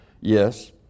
Yes